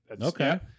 Okay